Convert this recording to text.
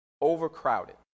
overcrowded